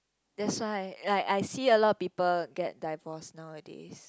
that's why like I see a lot of people get divorced nowadays